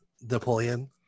Napoleon